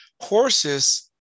horses